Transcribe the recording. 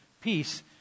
peace